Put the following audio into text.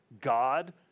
God